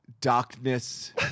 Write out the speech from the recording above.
Darkness